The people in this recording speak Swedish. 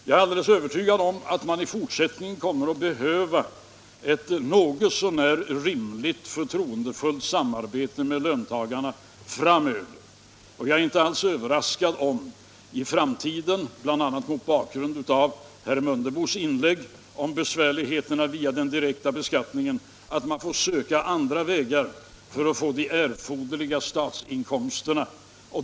Jag är alldeles övertygad om att man i fortsättningen kommer att behöva ett något så när rimligt förtroendefullt samarbete med löntagarna. Jag blir inte alls överraskad om man i framtiden — bl.a. mot bakgrund av herr Mundebos inlägg om besvärligheterna via den direkta beskattningen — får söka andra vägar för att få de erforderliga statsinkomsterna.